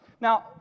Now